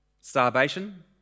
Starvation